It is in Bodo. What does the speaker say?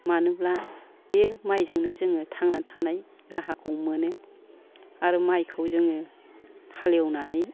मानोहोनोब्ला बे माइजोंनो जोङो थांना थानाय राहाखौ मोनो आरो माइखौ जोङो हालेवनानै